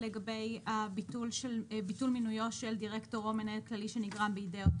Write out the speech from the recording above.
לגבי ביטול מינויו של דירקטור או מנהל כללי שנגרם בידי אותו